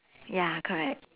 ya correct